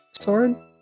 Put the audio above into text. sword